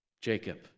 Jacob